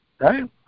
Right